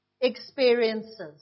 experiences